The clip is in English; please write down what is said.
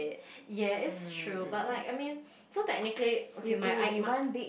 ya it's true but like I mean so technically okay my I my